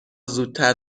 زودتر